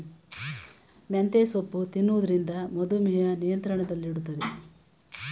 ಮೆಂತ್ಯೆ ಸೊಪ್ಪು ತಿನ್ನೊದ್ರಿಂದ ಮಧುಮೇಹ ನಿಯಂತ್ರಣದಲ್ಲಿಡ್ತದೆ